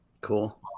cool